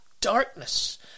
darkness